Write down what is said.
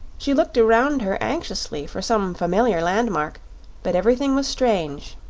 she looked around her anxiously for some familiar landmark but everything was strange.